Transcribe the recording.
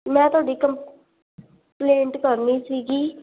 ਮੈਂ ਤੁਹਾਡੀ ਕੰਪਲੇਂਟ ਕਰਨੀ ਸੀਗੀ